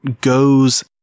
goes